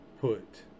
put